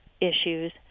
issues